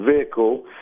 vehicle